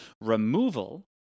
removal